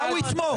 מה הוא יתמוך?